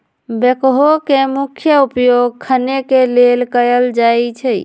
backhoe के मुख्य उपयोग खने के लेल कयल जाइ छइ